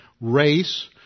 race